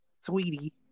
Sweetie